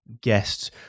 guests